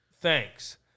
Thanks